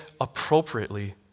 appropriately